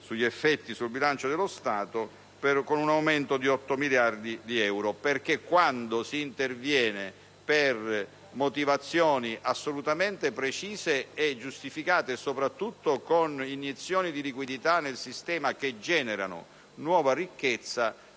sugli effetti sul bilancio dello Stato, con un aumento di 8 miliardi di euro. Infatti, quando si interviene per motivazioni assolutamente precise e giustificate, soprattutto con iniezioni di liquidità nel sistema che generano nuova ricchezza,